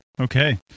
Okay